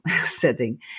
setting